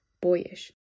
boyish